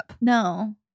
No